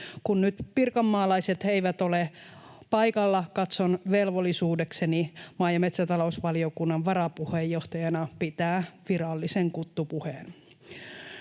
Kun nyt pirkanmaalaiset eivät ole paikalla, katson velvollisuudekseni maa- ja metsätalousvaliokunnan varapuheenjohtajana pitää virallisen kuttupuheen.